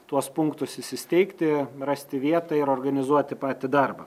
tuos punktus įsisteigti rasti vietą ir organizuoti patį darbą